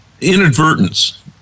inadvertence